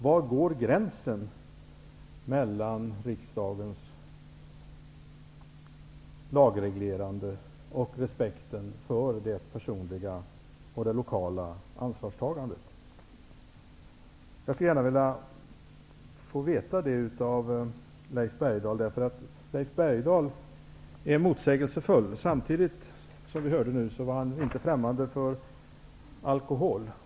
Var går gränsen mellan riksdagens lagreglerande och respekten för det personliga och det lokala ansvarstagandet? Jag skulle gärna vilja få höra det från Leif Bergdahl, därför att Leif Bergdahl är så motsägelsefull. Som vi hörde nyss är han inte främmande för alkohol.